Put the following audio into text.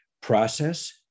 process